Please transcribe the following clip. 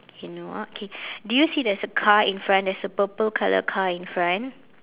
okay no ah okay do you see there's a car in front there's a purple colour car in front